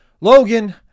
Logan